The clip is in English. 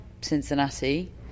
Cincinnati